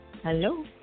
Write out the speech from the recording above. Hello